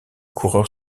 coureur